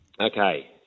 Okay